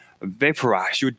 vaporize